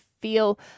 feel –